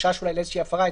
חשש אולי לאיזושהי הפרה,